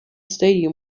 stadium